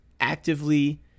actively